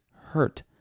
hurt